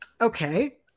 Okay